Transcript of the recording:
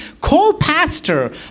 co-pastor